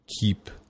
Keep